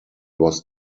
was